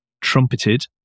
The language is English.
trumpeted